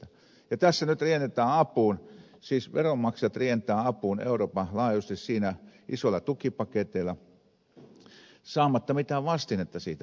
tässä nyt riennetään apuun siis veronmaksajat rientävät apuun euroopan laajuisesti isolila tukipaketeilla saamatta mitään vastinetta siitä